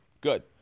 good